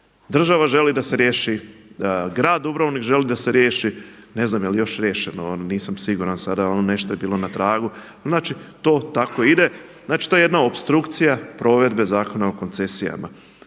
Država želi da se riješi, grad Dubrovnik želi da se riješi, ne znam je li još riješeno, nisam siguran sada, nešto je bilo na tragu. Znači to tako ide. Znači to je jedna opstrukcija provedbe Zakona o koncesijama,